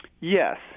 Yes